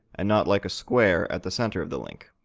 and not like a square at the center of the link.